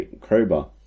Crowbar